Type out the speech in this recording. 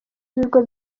ibigo